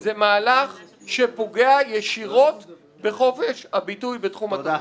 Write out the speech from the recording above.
זה מהלך שפוגע ישירות בחופש הביטוי בתחום התרבות.